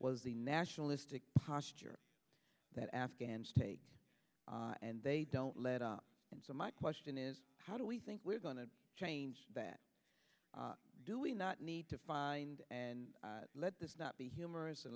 was the nationalistic posture that afghans take and they don't let up and so my question is how do we think we're going to change that do we not need to find and let this not be humorous and